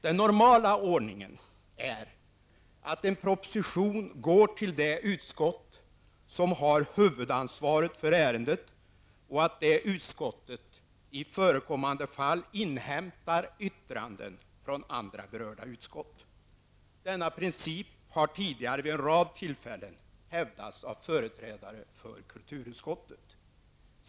Den normala ordningen är att en proposition remitteras till det utskott som har huvudansvaret för ärendet och att det utskottet i förekommande fall inhämtar yttranden från andra berörda utskott. Denna princip har tidigare vid en rad tillfällen hävdats av företrädare för kulturutskottet.